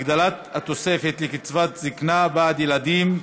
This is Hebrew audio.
הגדלת התוספת לקצבת זיקנה בעד ילדים),